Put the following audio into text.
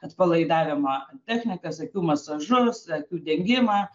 atpalaidavimo technikas akių masažus akių dengimą